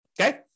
Okay